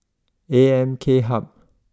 A M K Hub